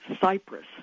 Cyprus